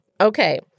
Okay